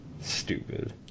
stupid